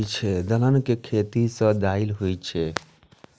दलहन के खेती सं दालि होइ छै